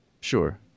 sure